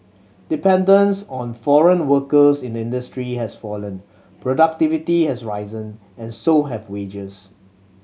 dependence on foreign workers in the industry has fallen productivity has risen and so have wages